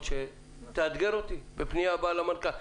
תאתגר אותי בפנייה הבאה למנכ"ל.